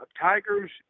Tiger's